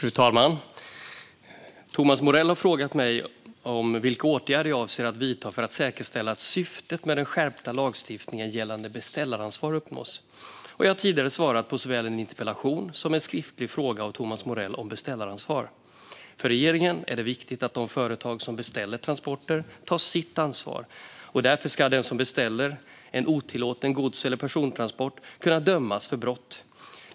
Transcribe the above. Fru talman! Thomas Morell har frågat mig vilka åtgärder jag avser att vidta för att säkerställa att syftet med den skärpta lagstiftningen gällande beställaransvar uppnås. Jag har tidigare svarat på såväl en interpellation som en skriftlig fråga av Thomas Morell om beställaransvar. För regeringen är det viktigt att de företag som beställer transporter tar sitt ansvar, och därför ska den som beställer en otillåten gods eller persontransport kunna dömas för brott.